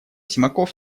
симаков